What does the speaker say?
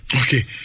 okay